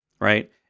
right